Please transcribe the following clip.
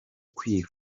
kwiba